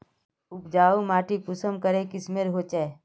उपजाऊ माटी कुंसम करे किस्मेर होचए?